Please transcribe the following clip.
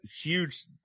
huge